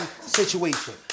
situation